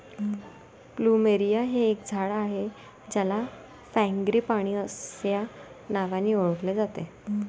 plumeria हे एक झाड आहे ज्याला फ्रँगीपानी अस्या नावानी ओळखले जाते